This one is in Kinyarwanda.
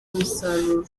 umusaruro